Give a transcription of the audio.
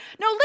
No